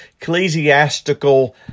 ecclesiastical